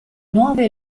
nuove